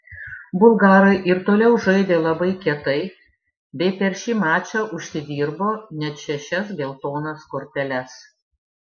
bulgarai ir toliau žaidė labai kietai bei per šį mačą užsidirbo net šešias geltonas korteles